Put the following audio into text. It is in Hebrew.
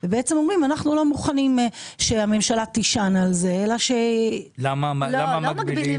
ואומרים: אנחנו לא מוכנים שהממשלה תישן על זה אלא ש --- למה מגבילים?